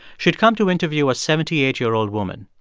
she'd come to interview a seventy eight year old woman.